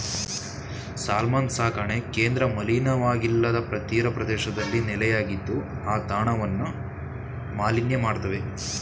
salmon ಸಾಕಣೆ ಕೇಂದ್ರ ಮಲಿನವಾಗಿಲ್ಲದ ತೀರಪ್ರದೇಶದಲ್ಲಿ ನೆಲೆಯಾಗಿದ್ದು ಆ ತಾಣವನ್ನು ಮಾಲಿನ್ಯ ಮಾಡ್ತವೆ